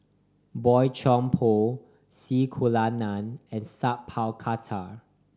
Boey Chuan Poh C Kunalan and Sat Pal Khattar